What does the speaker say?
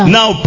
Now